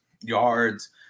yards